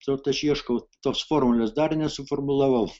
tai vat aš ieškau tos formulės dar nesuformulavau